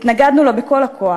התנגדנו לה בכול הכוח.